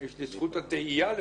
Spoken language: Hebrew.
מה ההתכופפות שפה אמרנו